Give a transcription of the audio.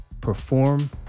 perform